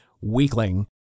weakling